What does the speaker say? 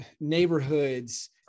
neighborhoods